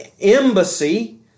embassy